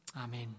Amen